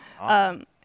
Awesome